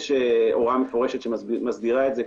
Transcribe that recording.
יש הוראה מפורשת שמסדירה את זה,